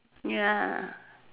ya